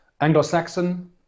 Anglo-Saxon